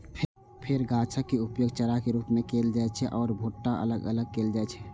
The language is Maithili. फेर गाछक उपयोग चाराक रूप मे कैल जाइ छै आ भुट्टा अलग कैल जाइ छै